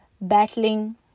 battling